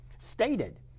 stated